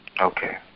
Okay